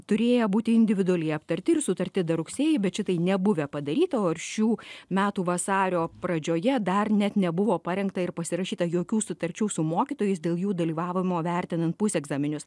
turėję būti individualiai aptarti ir sutarti dar rugsėjį bet šitai nebuvę padaryta o ir šių metų vasario pradžioje dar net nebuvo parengta ir pasirašyta jokių sutarčių su mokytojais dėl jų dalyvavimo vertinan pusegzaminius